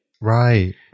Right